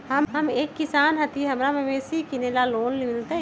हम एक किसान हिए हमरा मवेसी किनैले लोन मिलतै?